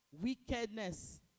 wickedness